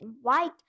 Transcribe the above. white